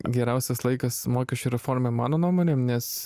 geriausias laikas mokesčių reformai mano nuomone nes